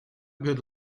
good